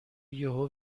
یهو